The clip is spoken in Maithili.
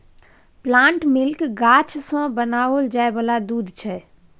प्लांट मिल्क गाछ सँ बनाओल जाय वाला दूध छै